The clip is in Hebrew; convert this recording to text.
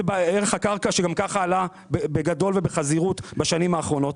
זה ערך הקרקע שגם כך עלתה בגדול ובחזירות בשנים האחרונות.